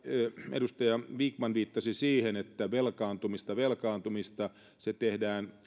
edustaja vikman viittasi siihen että velkaantumista velkaantumista se tehdään